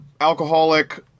alcoholic